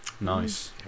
Nice